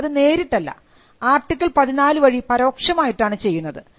എന്നാൽ അത് നേരിട്ടല്ല ആർട്ടിക്കിൾ14 വഴി പരോക്ഷമായിട്ടാണ് ചെയ്യുന്നത്